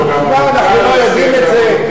מה, אנחנו לא יודעים את זה?